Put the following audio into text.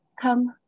come